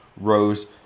rose